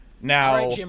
Now